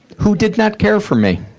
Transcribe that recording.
who did not care for me.